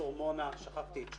גם לא זכיתי לתקציב.